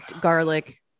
garlic